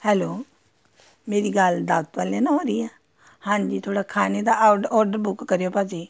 hello ਮੇਰੀ ਗੱਲ ਦਾਵਤ ਵਾਲਿਆਂ ਨਾਲ ਹੋ ਰਹੀ ਆ ਹਾਂਜੀ ਥੋੜ੍ਹਾ ਖਾਣੇ ਦਾ ਔਡਰ ਬੁੱਕ ਕਰਿਓ ਭਾਅ ਜੀ